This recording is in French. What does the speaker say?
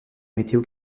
météo